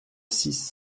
six